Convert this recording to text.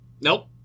Nope